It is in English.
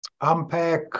unpack